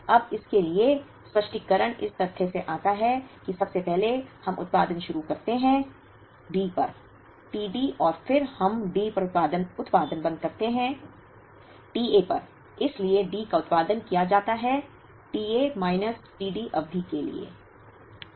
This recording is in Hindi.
अब इसके लिए स्पष्टीकरण इस तथ्य से आता है कि सबसे पहले हम उत्पादन शुरू करते हैं D पर t D और फिर हम D पर उत्पादन बंद कर देते हैं t A पर इसलिए D का उत्पादन किया जाता है t A minus t D अवधि के लिए